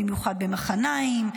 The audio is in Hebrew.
במיוחד במחניים.